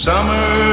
Summer